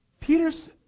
Peter's